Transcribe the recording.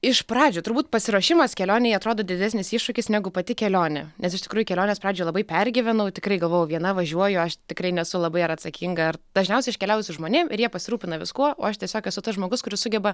iš pradžių turbūt pasiruošimas kelionei atrodo didesnis iššūkis negu pati kelionė nes iš tikrųjų kelionės pradžioj labai pergyvenau tikrai galvojau viena važiuoju aš tikrai nesu labai ar atsakinga ar dažniausiai iškeliauju su žmonėm ir jie pasirūpina viskuo o aš tiesiog esu tas žmogus kuris sugeba